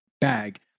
bag